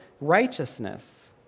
righteousness